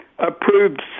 approved